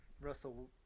Russell